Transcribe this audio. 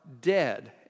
dead